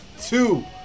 two